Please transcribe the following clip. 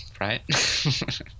Right